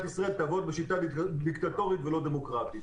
ישראל תעבוד בשיטה דיקטטורית ולא דמוקרטית.